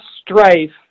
strife